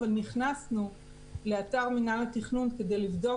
אבל נכנסנו לאתר מנהל התכנון כדי לבדוק